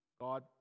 God